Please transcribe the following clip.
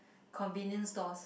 convenient stores